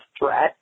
threat